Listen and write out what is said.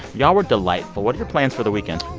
y'all were delightful. what are your plans for the weekend?